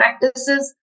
practices